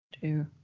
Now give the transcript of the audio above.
two